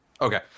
Okay